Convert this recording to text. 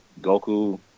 Goku